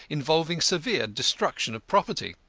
involving severe destruction of property.